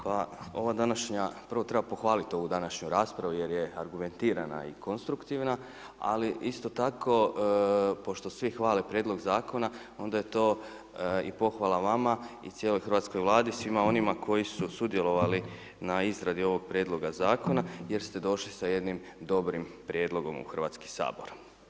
Prvo treba pohvaliti ovu današnju raspravu jer je argumentirana i konstruktivna, ali isto tako pošto svi hvale prijedlog Zakona, onda je to i pohvala vama i cijeloj hrvatskoj Vladi, svima onima koji su sudjelovali na izradi ovog Prijedloga Zakona jer ste došli sa jednim dobrim prijedlogom u Hrvatski sabor.